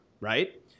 right